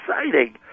exciting